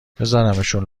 بزارمشون